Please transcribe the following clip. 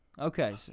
Okay